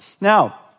Now